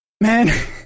man